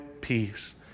peace